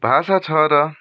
भाषा छ र